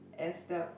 as the